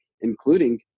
including